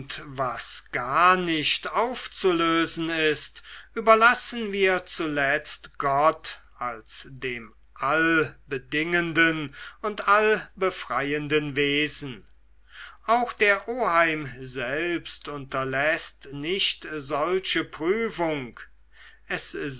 was gar nicht aufzulösen ist überlassen wir zuletzt gott als dem allbedingenden und allbefreienden wesen auch der oheim selbst unterläßt nicht solche prüfung